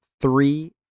three